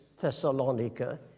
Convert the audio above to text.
Thessalonica